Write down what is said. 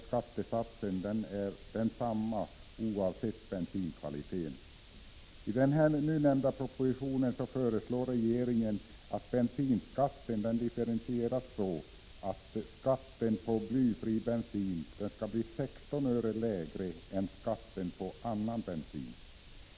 Skattesatsen är densamma oavsett bensinkvaliteten. I propositionen föreslår regeringen att bensinskatten differentieras så, att skatten på blyfri bensin blir 16 öre lägre än skatten på annan bensin.